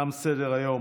תם סדר-היום.